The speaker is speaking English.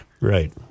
Right